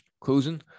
closing